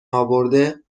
اورده